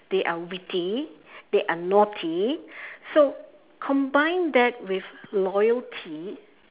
they are witty they are naughty so combine that with loyalty